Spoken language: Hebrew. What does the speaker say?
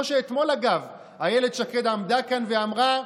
כמו שאתמול, אגב, אילת שקד עמדה כאן ואמרה: